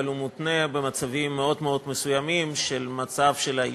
אבל הוא מותנה במצבים מאוד מסוימים של האישה,